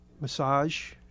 massage